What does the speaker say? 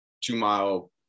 two-mile